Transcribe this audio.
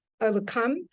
overcome